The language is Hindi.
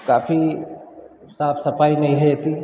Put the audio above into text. काफ़ी साफ सफाई नहीं रहती